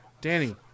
Danny